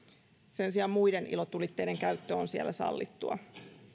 sen sijaan muiden ilotulitteiden käyttö on siellä sallittua